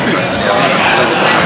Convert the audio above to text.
בבקשה, גברתי.